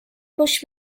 push